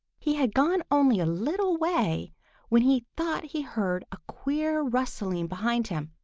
he had gone only a little way when he thought he heard a queer rustling behind him.